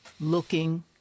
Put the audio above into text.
looking